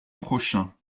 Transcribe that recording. prochain